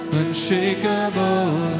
unshakable